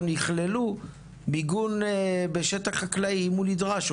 יכללו מיגון בשטח חקלאי אם הוא נדרש,